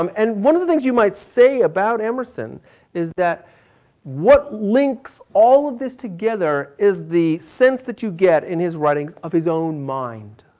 um and one of the things you might say about emerson is that what links all of this together is the sense that you get in his writings of his own mind.